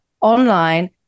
online